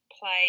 play